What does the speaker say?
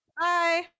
bye